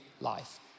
life